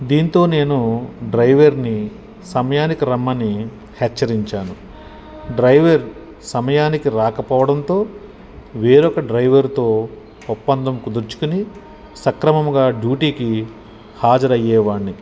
దీంతో నేను డ్రైవర్ని సమయానికి రమ్మని హెచ్చరించాను డ్రైవర్ సమయానికి రాకపోవడంతో వేరొక డ్రైవర్తో ఒప్పందం కుదుర్చుకుని సక్రమముంగా డ్యూటీకి హాజరయ్యే వాడ్ని